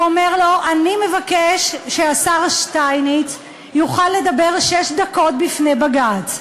הוא אומר לו: אני מבקש שהשר שטייניץ יוכל לדבר שש דקות בפני בג"ץ.